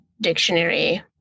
dictionary